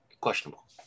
questionable